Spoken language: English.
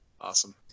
Awesome